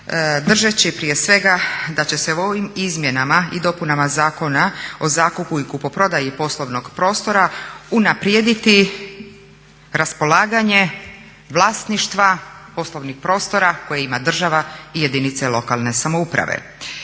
držeći prije svega da će se ovim Izmjenama i dopunama Zakona o zakupu i kupoprodaji poslovnog prostora unaprijediti raspolaganje vlasništva poslovnih prostora koje ima država i jedinice lokalne samouprave.